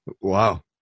Wow